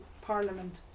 parliament